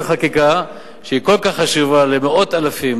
חקיקה שהיא כל כך חשובה למאות אלפים,